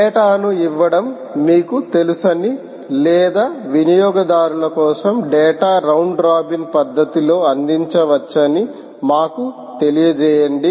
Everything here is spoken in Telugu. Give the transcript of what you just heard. డేటా ను ఇవ్వడం మీకు తెలుసని లేదా వినియోగదారుల కోసం డేటా ను రౌండ్ రాబిన్ పద్ధతిలో అందించవచ్చని మాకు తెలియజేయండి